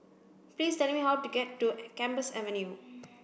please tell me how to get to Gambas Avenue